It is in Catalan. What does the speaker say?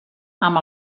amb